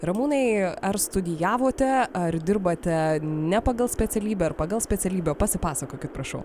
ramūnai ar studijavote ar dirbate ne pagal specialybę ar pagal specialybę pasipasakokit prašau